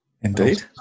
Indeed